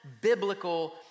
biblical